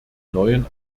neuen